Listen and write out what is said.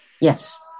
Yes